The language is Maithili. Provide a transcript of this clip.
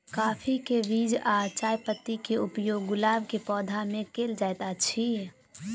काफी केँ बीज आ चायपत्ती केँ उपयोग गुलाब केँ पौधा मे केल केल जाइत अछि?